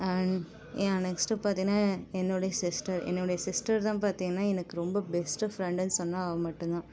next பார்த்தீங்கன்னா என்னோடய sister என்னோடைய சிஸ்டர்தான் பார்த்தீங்கன்னா எனக்கு ரொம்ப பெஸ்ட்டு ஃபிரெண்டுன்னு சொன்னால் அவள் மட்டும் தான்